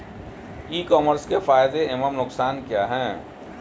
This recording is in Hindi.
ई कॉमर्स के फायदे एवं नुकसान क्या हैं?